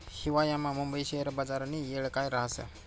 हिवायामा मुंबई शेयर बजारनी येळ काय राहस